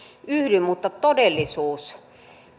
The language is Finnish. yhdyn mutta todellisuus